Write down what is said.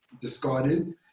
discarded